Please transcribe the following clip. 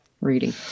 reading